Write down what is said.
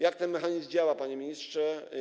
Jak ten mechanizm działa, panie ministrze?